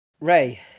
Ray